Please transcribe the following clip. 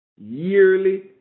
yearly